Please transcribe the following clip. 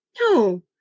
no